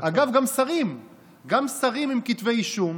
גם שרים עם כתבי אישום,